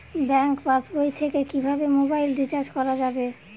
Bank পাশবই থেকে কিভাবে মোবাইল রিচার্জ করা যাবে?